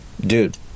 dude